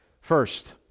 First